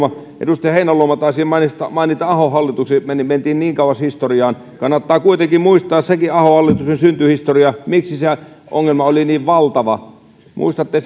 edustaja heinäluoma taisi mainita mainita ahon hallituksen mentiin niin kauas historiaan kannattaa kuitenkin muistaa sekin ahon hallituksen syntyhistoria miksi se ongelma oli niin valtava muistatte